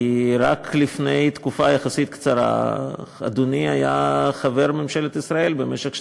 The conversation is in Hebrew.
כי רק לפני תקופה יחסית קצרה אדוני היה חבר ממשלת ישראל במשך שנתיים.